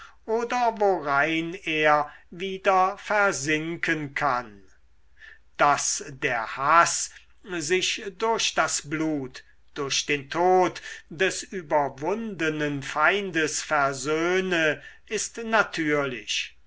oder worein er wieder versinken kann daß der haß sich durch das blut durch den tod des überwundenen feindes versöhne ist natürlich